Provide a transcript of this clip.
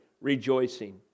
rejoicing